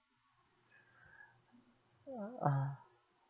ah